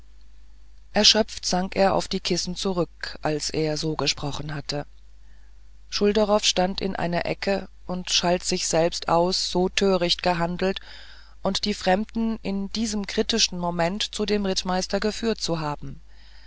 erschöpft sank er auf die kissen zurück als er so gesprochen hatte schulderoff stand in einer ecke und schalt sich selbst aus so töricht gehandelt und die fremden in diesem kritischen momente zu dem rittmeister geführt zu haben